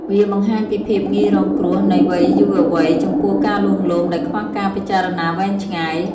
វាបង្ហាញពីភាពងាយរងគ្រោះនៃវ័យយុវវ័យ ចំពោះការលួងលោមដែលខ្វះការពិចារណាវែងឆ្ងាយ។